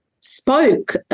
spoke